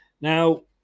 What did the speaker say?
Now